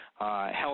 health